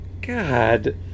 God